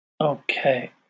Okay